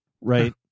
right